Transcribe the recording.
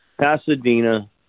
Pasadena